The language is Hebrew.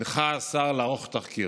הנחה השר לערוך תחקיר.